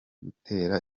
gutera